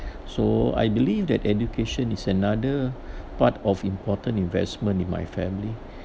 so I believe that education is another part of important investment in my family